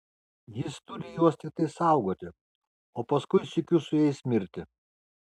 jis turi juos tiktai saugoti o paskui sykiu su jais mirti